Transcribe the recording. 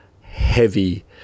heavy